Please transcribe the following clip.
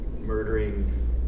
murdering